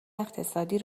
اقتصادی